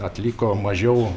atliko mažiau